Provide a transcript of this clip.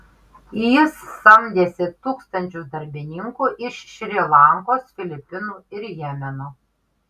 jis samdėsi tūkstančius darbininkų iš šri lankos filipinų ir jemeno